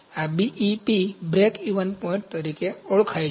આ BEP break even point તરીકે ઓળખાય છે